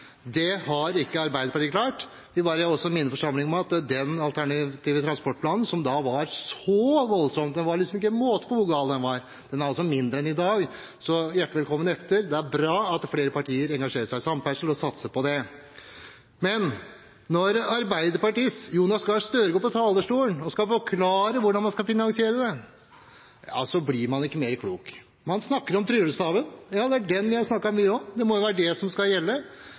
Det har ikke Arbeiderpartiet klart. Jeg vil også minne forsamlingen om at den alternative transportplanen som da var så voldsom – det var liksom ikke måte på hvor gal den var – var mindre enn i dag, så hjertelig velkommen etter! Det er bra at flere partier engasjerer seg i samferdsel og satser på det. Men når Arbeiderpartiets Jonas Gahr Støre går på talerstolen og skal forklare hvordan man skal finansiere det, blir man ikke klokere. Man snakker om tryllestaven – ja, den har man snakket mye om, det må jo være det som skal gjelde.